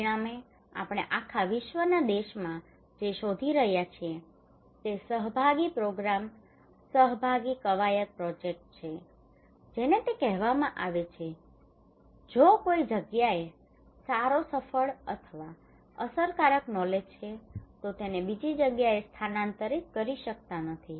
પરિણામે આપણે આખા વિશ્વના દેશોમાં જે શોધી રહ્યા છીએ તે સહભાગી પ્રોગ્રામ્સ સહભાગી કવાયત પ્રોજેક્ટ્સ છે કે જેને તે કહેવામાં આવે છે જો કોઈ જગ્યાએ સારો સફળ અથવા અસરકારક નોલેજ છે તો તેને બીજી જગ્યાએ સ્થાનાંતરિત કરી શકતા નથી